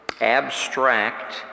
abstract